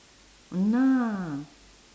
!hanna!